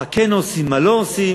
מה כן עושים, מה לא עושים,